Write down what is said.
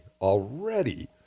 already